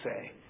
say